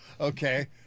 Okay